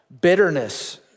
bitterness